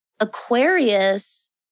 Aquarius